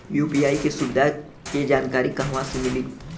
UPI के सुविधा के जानकारी कहवा से मिली?